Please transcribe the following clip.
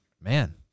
man